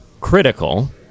critical